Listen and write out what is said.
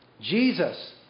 Jesus